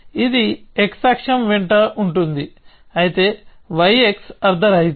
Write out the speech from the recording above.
ఇది x అక్షం వెంట ఉంటుంది అయితే yx అర్థరహితం